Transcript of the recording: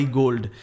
gold